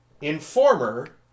Informer